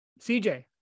CJ